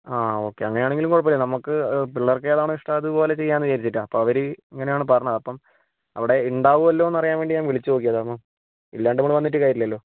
ആ ഓക്കേ അങ്ങനെയാണെങ്കിലും കുഴപ്പമില്ല നമുക്ക് പിള്ളേര്ക്ക് ഏതാണോ ഇഷ്ടം അതുപോലെ ചെയ്യാമെന്ന് വിചാരിച്ചിട്ടാണ് അപ്പോൾ അവർ ഇങ്ങനെയാണ് പറഞ്ഞത് അപ്പം അവിടെ ഉണ്ടാവുമല്ലോ എന്നറിയാന് വേണ്ടി ഞാന് വിളിച്ച് നോക്കിയതാണ് ഇല്ലാണ്ട് നമ്മള് വന്നിട്ട് കാര്യമില്ലല്ലോ